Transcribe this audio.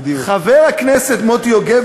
חבר הכנסת מוטי יוגב,